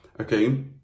Okay